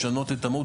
לשנות את המוד,